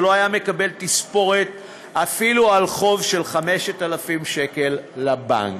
שלא היה מקבל תספורת אפילו על חוב של 5,000 שקל לבנק.